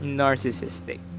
narcissistic